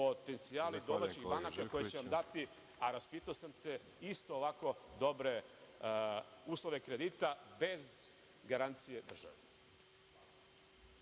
potencijali domaćih banaka koje će vam dati, a raspitao sam se, isto ovako dobre uslove kredita bez garancije države.